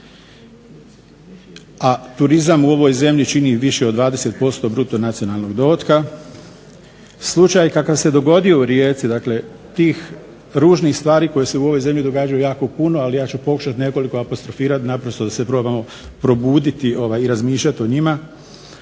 a turizam u ovoj zemlji čini više od 20% bruto nacionalnog dohotka. Slučaj kakav se dogodio u Rijeci dakle tih ružnih stvari koje se u ovoj zemlji jako puno, ali ja ću pokušati nekoliko apostrofirati naprosto da se probamo probuditi i razmišljati o njima.